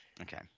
Okay